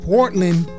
Portland